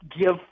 give